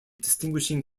distinguishing